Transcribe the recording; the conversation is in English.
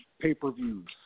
pay-per-views